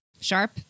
sharp